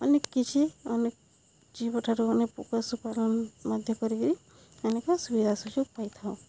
ଅନେକ କିଛି ଅନେକ ଜୀବ ଠାରୁ ଅନେକ ପଶୁପାଳନ ମଧ୍ୟ କରିକିରି ଅନେକ ସୁବିଧା ସୁଯୋଗ ପାଇଥାଉ